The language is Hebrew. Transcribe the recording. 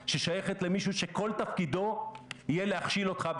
אבל, תדעו לכם, שבתקופה הקרובה לא תקום ממשלה.